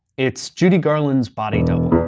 it's judy garland's body double.